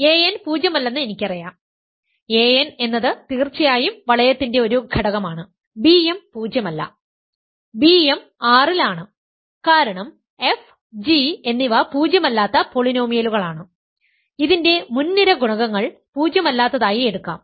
an പൂജ്യമല്ലെന്ന് എനിക്കറിയാം an എന്നത് തീർച്ചയായും വളയത്തിന്റെ ഒരു ഘടകമാണ് bm പൂജ്യമല്ല bm R ൽ ആണ് കാരണം f g എന്നിവ പൂജ്യമല്ലാത്ത പോളിനോമിയലുകളാണ് ഇതിൻറെ മുൻനിര ഗുണകങ്ങൾ പൂജ്യമല്ലാത്തതായി എടുക്കാം